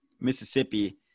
mississippi